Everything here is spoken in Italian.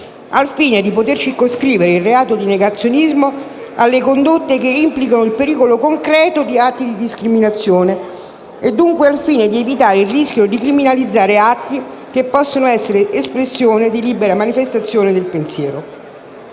al fine di poter circoscrivere il reato di negazionismo alle condotte che implichino il pericolo concreto di atti di discriminazione e, dunque, al fine di evitare il rischio di criminalizzare atti che possono essere espressione di libera manifestazione del pensiero.